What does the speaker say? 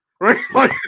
right